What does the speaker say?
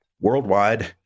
Worldwide